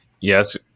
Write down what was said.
Yes